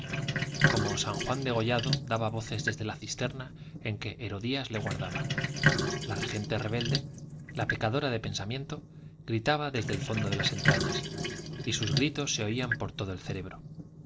como san juan degollado daba voces desde la cisterna en que herodías le guardaba la regenta rebelde la pecadora de pensamiento gritaba desde el fondo de las entrañas y sus gritos se oían por todo el cerebro